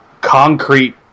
concrete